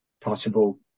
possible